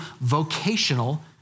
vocational